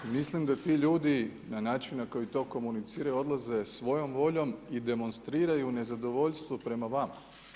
I mislim da ti ljudi na način na koji to komuniciraju odlaze svojom voljom i demonstriraju nezadovoljstvo prema vama.